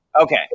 Okay